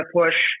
push